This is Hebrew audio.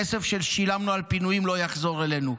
כסף ששילמנו על פינויים לא יחזור אלינו.